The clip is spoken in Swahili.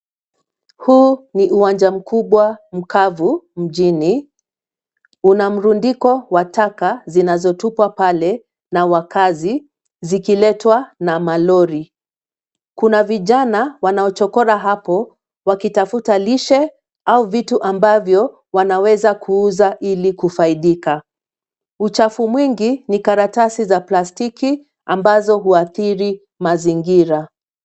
Huu ni uwanja mkubwa, mkavu, mjini. Unamrundiko wa taka, zinazotupwa pale na wakazi, zikiletwa na malori. Kuna vijana, wanaochokora hapo, wakitafuta lishe, au vitu ambavyo, wanaweza kuuza ili kufaidika. Uchafu mwingi, ni karatasi za plastiki, ambazo huathiri mazingira.